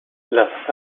las